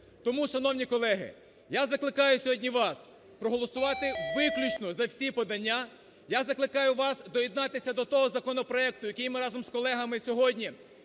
Тому, шановні колеги, я закликаю сьогодні вас проголосувати виключно за всі подання, я закликаю вас доєднатися до того законопроекту, який ми разом з колегами сьогодні